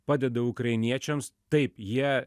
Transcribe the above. padeda ukrainiečiams taip jie